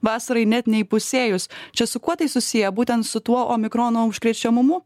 vasarai net neįpusėjus čia su kuo tai susiję būtent su tuo omikrono užkrečiamumu